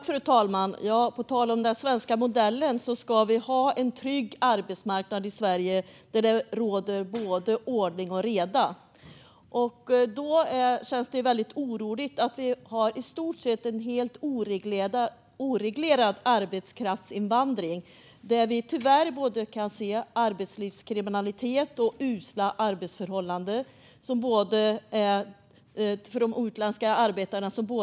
Fru talman! På tal om den svenska modellen ska vi i Sverige ha en trygg arbetsmarknad där det råder ordning och reda. Det känns därför väldigt oroligt att vi har en i stort sett helt oreglerad arbetskraftsinvandring. Vi kan tyvärr se både arbetslivskriminalitet och usla arbetsförhållanden för de utländska arbetarna.